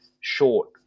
short